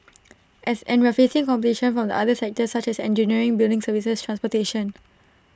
as and we're facing competition from the other sectors such as engineering building services transportation